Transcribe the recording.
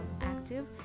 active